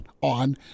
on